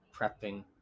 prepping